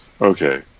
Okay